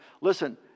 Listen